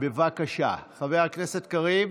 בבקשה, חבר הכנסת קריב.